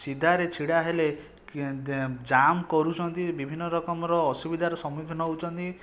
ସିଧାରେ ଛିଡ଼ା ହେଲେ ଯାମ କରୁଛନ୍ତି ବିଭିନ୍ନ ରକମର ଅସୁବିଧାର ସମ୍ମୁଖୀନ ହେଉଛନ୍ତି